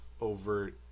overt